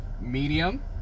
medium